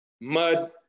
mud